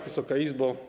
Wysoka Izbo!